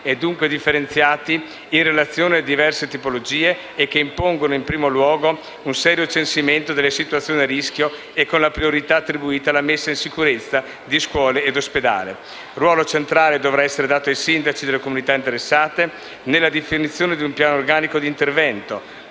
e dunque differenziati in relazione a diverse tipologie e che impongono in primo luogo un serio censimento delle situazioni a rischio e con la priorità attribuita alla messa in sicurezza di scuole e ospedali. Ruolo centrale dovrà essere dato ai sindaci delle comunità interessate, nella definizione di un piano organico di intervento,